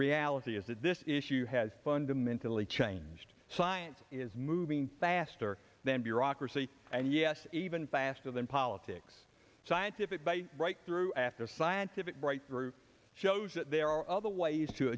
reality is that this issue has fundamentally changed science is moving faster than bureaucracy and yes even faster than politics scientific by right through after scientific breakthrough shows that there are other ways to